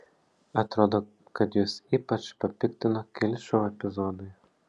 atrodo kad juos ypač papiktino keli šou epizodai